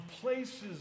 places